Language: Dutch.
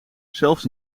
zelfs